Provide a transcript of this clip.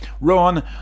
Ron